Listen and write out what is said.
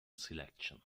selection